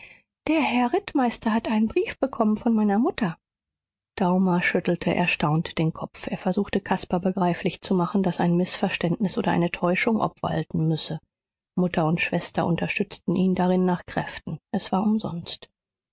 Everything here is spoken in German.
der herr rittmeister hat einen brief bekommen von meiner mutter daumer schüttelte erstaunt den kopf er versuchte caspar begreiflich zu machen daß ein mißverständnis oder eine täuschung obwalten müsse mutter und schwester unterstützten ihn darin nach kräften es war umsonst